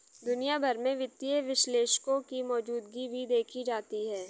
दुनिया भर में वित्तीय विश्लेषकों की मौजूदगी भी देखी जाती है